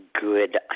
good